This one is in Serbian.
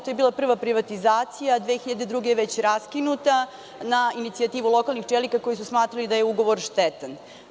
To je bila prva privatizacija, a 2002. godine je već raskinuta na inicijativu lokalnih čelnika koji su smatrali da je ugovor štetan.